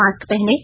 mask पहनें